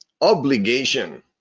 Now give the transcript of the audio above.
obligation